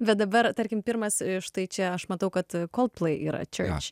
bet dabar tarkim pirmas ir štai čia aš matau kad cold play yra čia